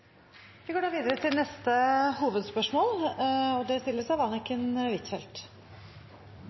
Vi går videre til neste hovedspørsmål. Mitt spørsmål går til utenriksministeren og